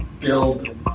build